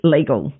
Legal